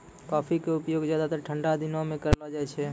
coffee के उपयोग ज्यादातर ठंडा दिनों मॅ करलो जाय छै